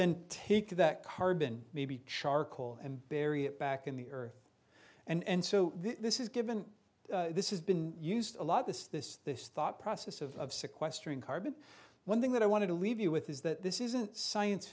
then take that carbon maybe charcoal and bury it back in the earth and so this is given this is been used a lot this this this thought process of sequestering carbon one thing that i wanted to leave you with is that this isn't science